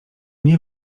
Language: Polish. nie